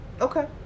Okay